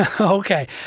okay